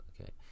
Okay